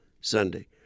Sunday